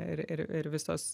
ir ir ir visos